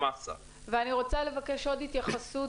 ואני רוצה לבקש עוד התייחסות,